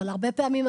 אבל הרבה פעמים,